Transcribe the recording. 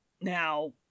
Now